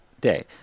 day